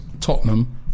Tottenham